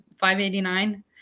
589